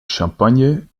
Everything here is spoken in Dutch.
champagne